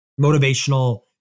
motivational